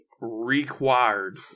required